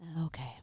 Okay